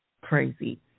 crazy